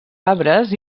arbres